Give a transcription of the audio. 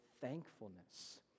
thankfulness